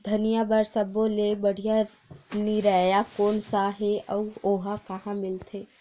धनिया बर सब्बो ले बढ़िया निरैया कोन सा हे आऊ ओहा कहां मिलथे?